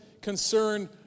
concern